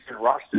roster